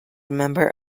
member